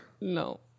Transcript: No